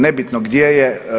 Nebitno gdje je.